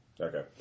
Okay